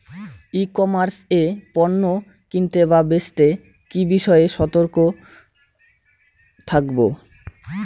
ই commerce এ পণ্য কিনতে বা বেচতে কি বিষয়ে সতর্ক থাকব?